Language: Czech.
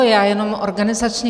Já jenom organizačně.